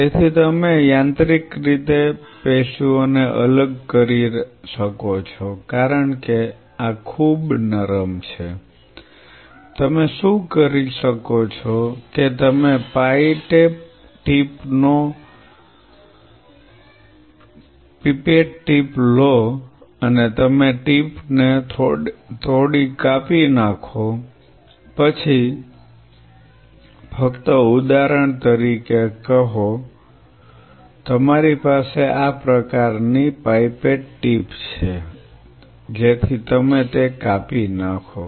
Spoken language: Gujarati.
તેથી તમે યાંત્રિક રીતે પેશીઓને અલગ કરી શકો છો કારણ કે આ ખૂબ નરમ છે તમે શું કરી શકો છો કે તમે પાઇપેટ ટીપ લો અને તમે ટીપને થોડી કાપી નાખો ફક્ત ઉદાહરણ તરીકે કહો તમારી પાસે આ પ્રકારની પાઇપેટ ટીપ છે જેથી તમે તે કાપી નાખો